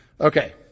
Okay